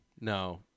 No